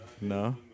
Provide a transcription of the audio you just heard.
No